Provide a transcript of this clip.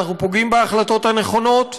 אנחנו פוגעים בהחלטות הנכונות,